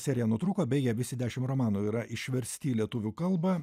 serija nutrūko beje visi dešimt romanų yra išversti į lietuvių kalbą